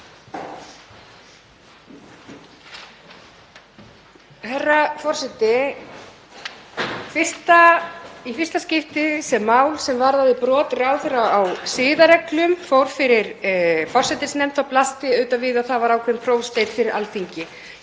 Herra forseti. Í fyrsta skipti sem mál sem varðaði brot ráðherra á siðareglum fór fyrir forsætisnefnd þá blasti auðvitað við að það var ákveðinn prófsteinn fyrir Alþingi.